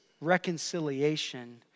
reconciliation